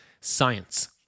science